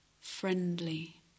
friendly